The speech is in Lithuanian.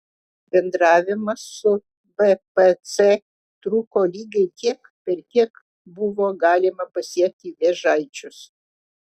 bendravimas su bpc truko lygiai tiek per kiek buvo galima pasiekti vėžaičius